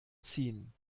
ziehen